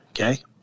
Okay